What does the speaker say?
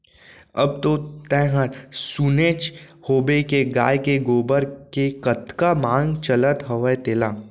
अब तो तैंहर सुनेच होबे के गाय के गोबर के कतका मांग चलत हवय तेला